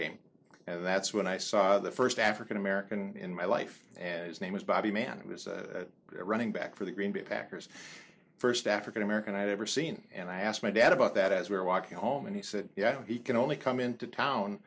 game and that's when i saw the first african american in my life and his name is bobby man it was a running back for the green bay packers first african american i'd ever seen and i asked my dad about that as we were walking home and he said yeah he can only come into town